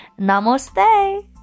Namaste